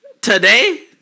Today